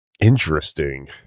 interesting